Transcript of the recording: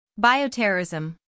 bioterrorism